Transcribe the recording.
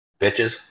Bitches